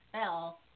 spell